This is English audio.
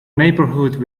neighborhood